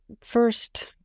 first